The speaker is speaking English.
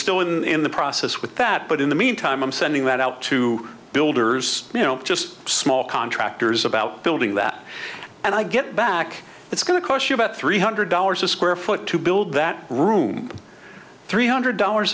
still in the process with that but in the meantime i'm sending that out to builders you know just small contractors about building that and i get back it's going to cost you about three hundred dollars a square foot to build that room three hundred dollars